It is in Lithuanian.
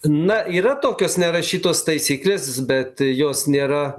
na yra tokios nerašytos taisyklės bet jos nėra